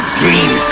dream